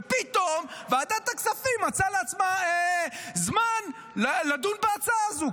שפתאום ועדת הכספים מצאה לעצמה זמן לדון בהצעה הזאת,